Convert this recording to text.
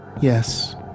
yes